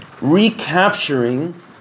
recapturing